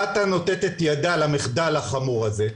רת"א (רשות תעופה אזרחית) נותנת את ידה למחדל החמור הזה,